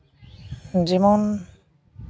ᱡᱮᱢᱚᱱ